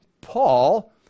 Paul